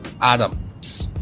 atoms